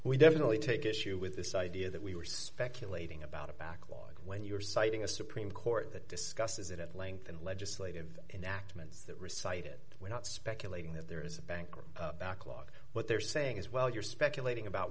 we definitely take issue with this idea that we were speculating about a backlog when you're citing a supreme court that discusses it at length and legislative enact means that reciting it we're not speculating that there is a bank or backlog what they're saying is well you're speculating about